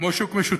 כמו שוק משותף.